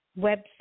website